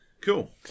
Cool